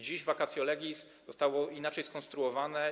Dziś vacatio legis zostało inaczej skonstruowane.